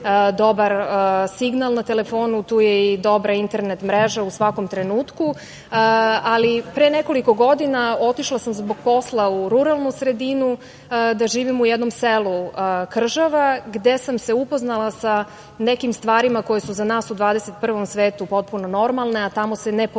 dobar signal na telefonu, tu je dobra internet mreža u svakom trenutku. Ali pre nekoliko godina otišla sam zbog posla u ruralnu sredinu da živim u jednom selu Kržava, gde sam se upoznala sa nekim stvarima koje su za nas u 21. veku potpuno normalne, a tamo se ne